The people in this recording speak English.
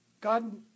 God